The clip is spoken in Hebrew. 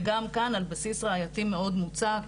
וגם כאן על בסיס ראייתי מאוד מוצק.